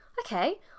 Okay